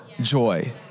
joy